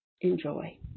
enjoy